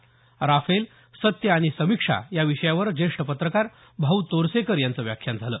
Rafale सत्य आणि समीक्षा या विषयावर ज्येष्ठ पत्रकार भाऊ तोरसेकर यांचं व्याख्यान झालं